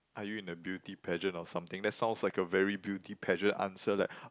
are you in a beauty pageant or something that sounds like a very beauty pageant answer like